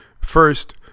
First